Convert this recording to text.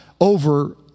over